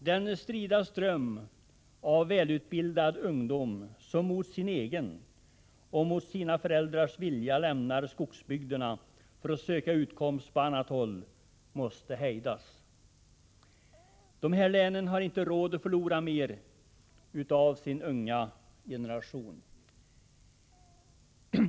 Den strida ström av välutbildad ungdom som, mot sin egen och sina föräldrars vilja, lämnar skogsbygderna för att söka utkomst på annat håll måste hejdas. De här länen har inte råd att förlora mer av sin unga generation.